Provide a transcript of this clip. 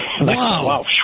wow